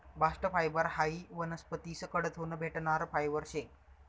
bast fibre हायी वनस्पतीस कडथून भेटणारं फायबर शे